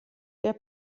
der